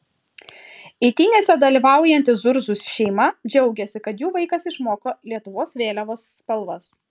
eitynėse dalyvaujanti zurzų šeima džiaugiasi kad jų vaikas išmoko lietuvos vėliavos spalvas